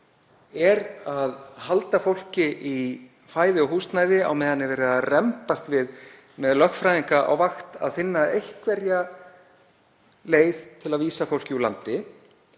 er að halda fólki í fæði og húsnæði á meðan verið er að rembast við, með lögfræðinga á vakt, að finna einhverja leið til að vísa fólki úr landi.